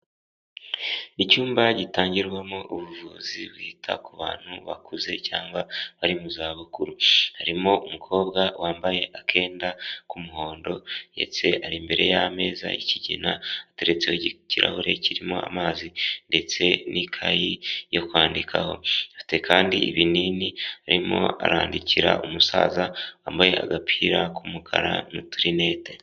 Icyumba gitangirwamo ubuvuzi bwita ku bantu bakuze cyangwa bari mu zabukuru, harimo umukobwa wambaye akenda k'umuhondo ndetse ari imbere y'ameza y'ikigina ateretseho ikirahure kirimo amazi ndetse n'ikayi yo kwandikaho, afite kandi ibinini arimo arandikira umusaza wambaye agapira k'umukara n'uturinete.